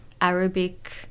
Arabic